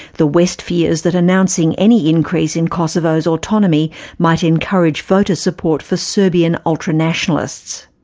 the west fears that announcing any increase in kosovo's autonomy might encourage voter support for serbian ultra-nationalists.